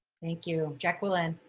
thank you jacqueline,